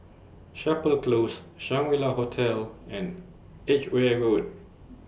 Chapel Close Shangri La Hotel and Edgware Road